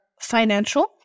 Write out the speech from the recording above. financial